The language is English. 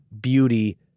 beauty